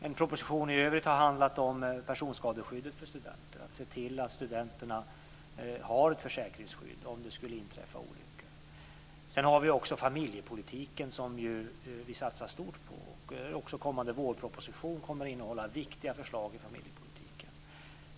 En proposition i övrigt har handlat om personskadeskyddet för studenten, att se till att studenterna har ett försäkringsskydd om det skulle inträffa olyckor. Sedan har vi också familjepolitiken, som vi satsar stort på. Kommande vårproposition kommer att innehålla viktiga förslag i familjepolitiken.